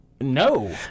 No